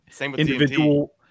individual